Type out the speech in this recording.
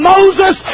Moses